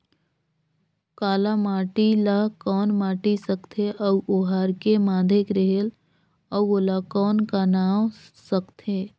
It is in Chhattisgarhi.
काला माटी ला कौन माटी सकथे अउ ओहार के माधेक रेहेल अउ ओला कौन का नाव सकथे?